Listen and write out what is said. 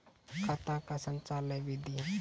खाता का संचालन बिधि?